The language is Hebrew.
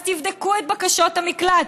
אז תבדקו את בקשות המקלט.